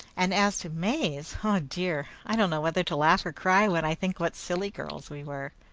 and as to may's ah dear! i don't know whether to laugh or cry, when i think what silly girls we were.